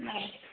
नाय